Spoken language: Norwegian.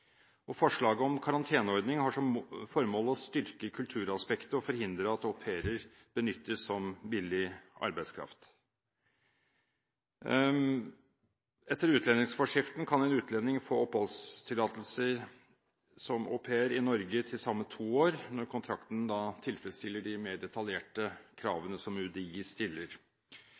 tidligere. Forslaget om karanteneordning har som formål å styrke kulturaspektet og forhindre at au pairer benyttes som billig arbeidskraft. Etter utlendingsforskriften kan en utlending få oppholdstillatelse som au pair i Norge i til sammen to år når kontrakten tilfredsstiller de mer detaljerte kravene som UDI stiller.